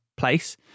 Place